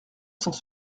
sans